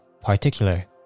particular